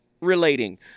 relating